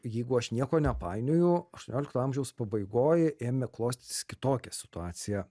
jeigu aš nieko nepainioju aštuoniolikto amžiaus pabaigoj ėmė klostytis kitokia situacija